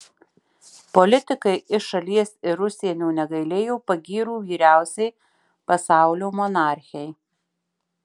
politikai iš šalies ir užsienio negailėjo pagyrų vyriausiai pasaulio monarchei